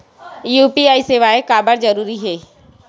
UPI सेवाएं काबर जरूरी हे?